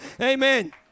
Amen